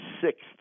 sixth